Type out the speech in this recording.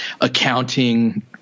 accounting